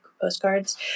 postcards